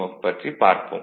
F பற்றி பார்ப்போம்